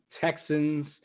Texans